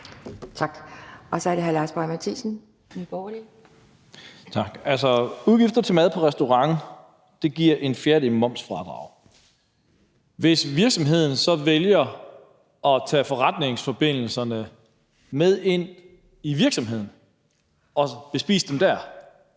udgifter til mad på restaurant giver en fjerdedel momsfradrag. Hvis virksomheden så vælger at tage forretningsforbindelserne med ind i virksomheden og bespise dem der,